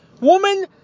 Woman